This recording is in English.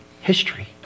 history